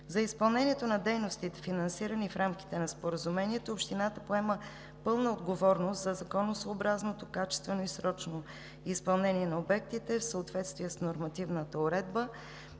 За изпълнението на дейностите, финансирани в рамките на споразумението, Общината поема пълна отговорност за законосъобразното, качествено и срочно изпълнение на обектите в съответствие с нормативната уредба.